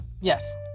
Yes